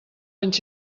anys